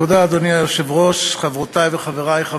תודה לחבר הכנסת